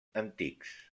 antics